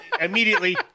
Immediately